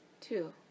two